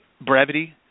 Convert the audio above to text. brevity